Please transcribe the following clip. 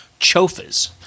chofas